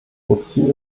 wozu